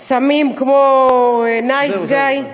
סמים כמו "נייס גאי",